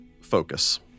focus